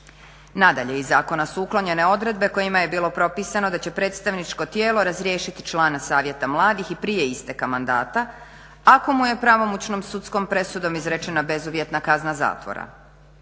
Nadalje iz zakona su uklonjene odredbe kojima je bilo propisano da će predstavničko tijelo razriješiti člana Savjeta mladih i prije isteka mandata ako mu je pravomoćnom sudskom presudom izrečena bezuvjetna kazna zatvora.